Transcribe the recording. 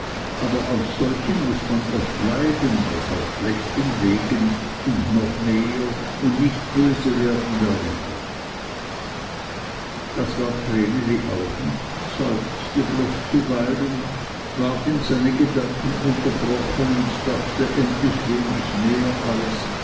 aber auf solchen muß man oft leiden was auf schlechten wegen und noch mehr und nicht böse werden darüber das ward vreneli auch nicht seufzte bloß zuweilen ward in seinen gedanken unterbrochen und dachte endlich wenig mehr als